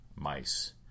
mice